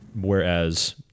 Whereas